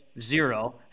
zero